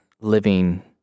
living